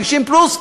50 פלוס,